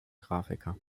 grafiker